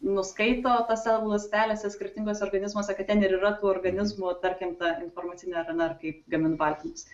nuskaito savo ląstelėse skirtinguose organizmuose kad ten ir yra organizmo tarkim ta informacinė dnr kaip gamint baltymus